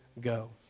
go